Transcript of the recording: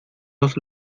dos